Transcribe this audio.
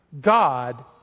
God